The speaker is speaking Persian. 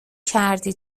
کردی